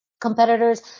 competitors